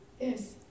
Yes